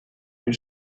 lieu